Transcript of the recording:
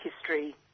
history